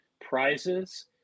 prizes